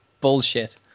bullshit